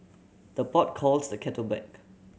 the pot calls the kettle black